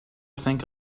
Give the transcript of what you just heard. think